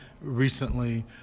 recently